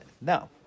No